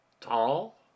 Tall